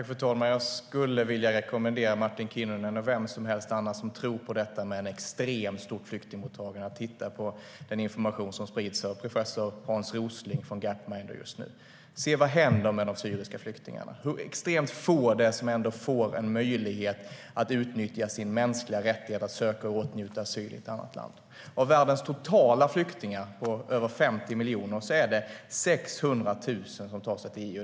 Fru talman! Jag skulle vilja rekommendera Martin Kinnunen, och vem som helst annars som tror på detta med ett extremt stort flyktingmottagande, att titta på den information som sprids av professor Hans Rosling och Gapminder just nu. Se vad som händer med de syriska flyktingarna och hur extremt få det ändå är som ges möjlighet att utnyttja sin mänskliga rättighet att söka åtnjuta asyl i ett annat land! Av världens totala antal flyktingar - det är över 50 miljoner - är det 600 000 som tar sig till EU.